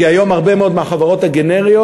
כי היום הרבה מאוד מהחברות הגנריות,